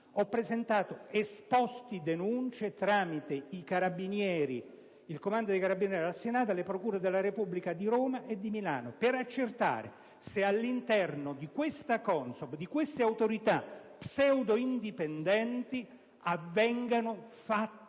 ho presentato esposti/denunce, tramite il Comando dei carabinieri del Senato, alle Procure delle Repubblica di Roma e di Milano per accertare se all'interno di questa CONSOB, di queste autorità pseudo-indipendenti, avvengano fatti